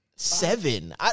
Seven